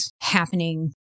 happening